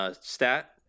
stat